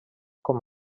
com